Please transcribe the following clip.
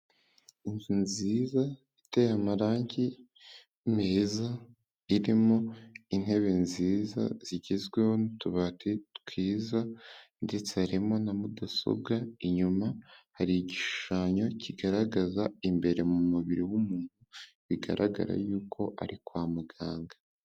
Inzu nziza iteye amarangi meza, irimo intebe nziza zigezweho, n'utubati twiza ndetse harimo na mudasobwa, inyuma hari igishushanyo kigaragaza imbere mu mubiri w'umuntu, bigaragara yuko ari kwa muganga.